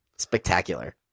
Spectacular